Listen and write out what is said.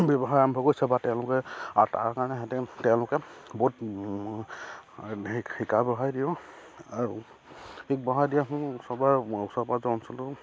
ব্যৱসায় আৰম্ভ কৰিছে বা তেওঁলোকে তাৰ কাৰণে হেঁতে তেওঁলোকে বহুত শিকাই বঢ়াই দিওঁ আৰু শিক বঢ়াই দিয়া ফলত চবৰে ওচৰ পাজৰৰ অঞ্চলটোৰ